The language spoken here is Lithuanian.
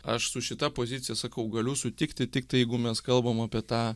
aš su šita pozicija sakau galiu sutikti tiktai jeigu mes kalbam apie tą